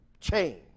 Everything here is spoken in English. change